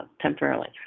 temporarily